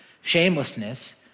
shamelessness